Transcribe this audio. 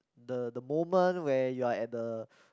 the the moment where you're at the